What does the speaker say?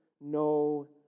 no